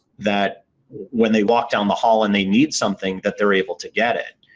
that when they walked down the hall and they need something that they're able to get it.